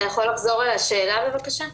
אתה יכול לחזור על השאלה, בבקשה?